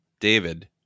David